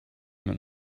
mit